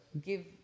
give